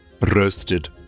roasted